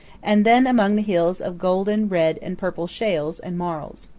and then among the hills of golden, red, and purple shales and marls.